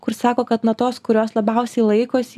kur sako kad na tos kurios labiausiai laikosi